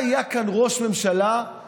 3,253,855 עולים.